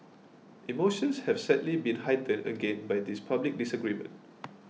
emotions have sadly been heightened again by this public disagreement